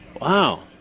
Wow